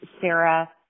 Sarah